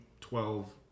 twelve